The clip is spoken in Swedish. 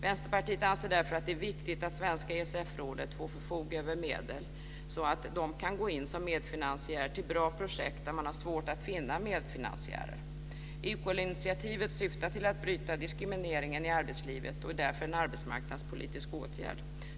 Vänsterpartiet anser därför att det är viktigt att svenska ESF-rådet får förfoga över medel så att de kan gå in som medfinansiärer till bra projekt där man har svårt att finna medfinansiärer. Equalinitiativet syftar till att bryta diskrimineringen i arbetslivet och är därför en arbetsmarknadspolitisk åtgärd.